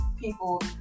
people